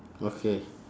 okay